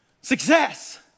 Success